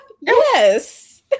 Yes